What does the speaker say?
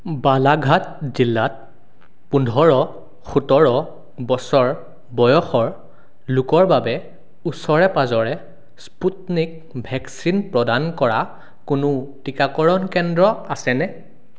বালাঘাট জিলাত পোন্ধৰ সোতৰ বছৰ বয়সৰ লোকৰ বাবে ওচৰে পাজৰে স্পুটনিক ভেকচিন প্ৰদান কৰা কোনো টীকাকৰণ কেন্দ্ৰ আছেনে